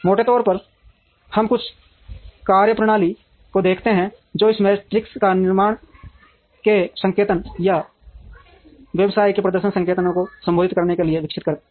मोटे तौर पर हम कुछ कार्यप्रणाली को देखते हैं जो इन मेट्रिक्स या निर्माण के संकेतक या व्यवसाय के प्रदर्शन संकेतकों को संबोधित करने के लिए विकसित हुई हैं